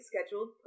scheduled